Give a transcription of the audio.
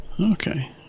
Okay